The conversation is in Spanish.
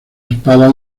espada